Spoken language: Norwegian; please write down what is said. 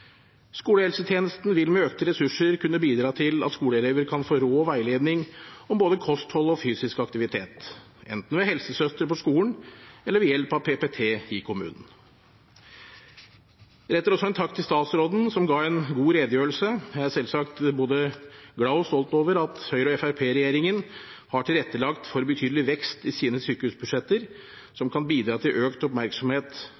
Skolehelsetjenesten vil med økte ressurser kunne bidra til at skoleelever kan få råd og veiledning om både kosthold og fysisk aktivitet, enten ved helsesøster på skolen eller ved hjelp av PPT i kommunen. Jeg retter også en takk til statsråden, som ga en god redegjørelse. Jeg er selvsagt både glad for og stolt over at Høyre–Fremskrittsparti-regjeringen har tilrettelagt for betydelig vekst i sine sykehusbudsjetter, noe som kan bidra til økt oppmerksomhet